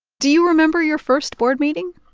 do you remember your first board meeting?